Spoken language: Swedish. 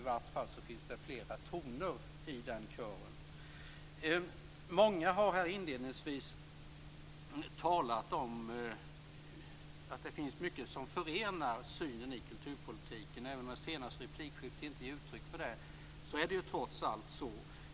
I vart fall finns det flera toner i den kören. Många har här inledningsvis talat om att det finns mycket som förenar i synen på kulturpolitiken. Även om det senaste replikskiftet inte gav uttryck för detta, så är det trots allt så.